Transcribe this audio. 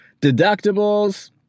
deductibles